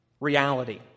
Reality